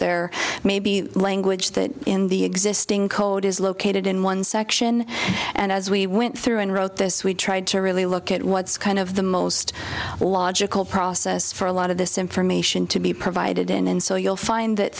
there may be language that in the existing code is located in one section and as we went through and wrote this we tried to really look at what's kind of the most logical process for a lot of this information to be provided in and so you'll find that